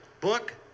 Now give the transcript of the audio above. book